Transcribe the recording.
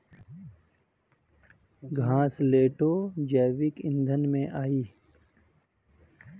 घासलेटो जैविक ईंधन में आई